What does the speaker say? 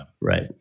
Right